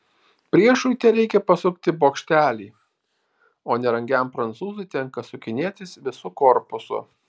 priešui tereikia pasukti bokštelį o nerangiam prancūzui tenka sukinėtis visu korpusu